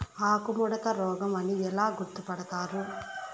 ఆకుముడత రోగం అని ఎలా గుర్తుపడతారు?